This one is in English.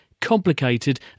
complicated